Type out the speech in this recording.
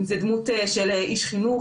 אם זה דמות של איש חינוך,